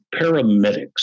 paramedics